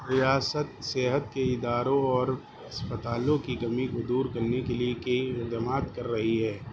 ریاست صحت کے اداروں اور اسپتالوں کی کمی کو دور کرنے کے لیے کئی اقدامات کر رہی ہے